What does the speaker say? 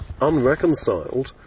unreconciled